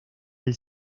del